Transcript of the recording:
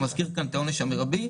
הוא מזכיר כאן את העונש המרבי.